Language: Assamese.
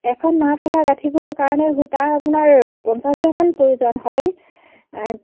এখন মাফলা গাঁঠিবৰ কাৰণে সূতা আপোনাৰ পঞ্চাছ গ্ৰামমান প্ৰয়োজন হয়